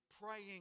praying